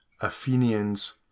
Athenians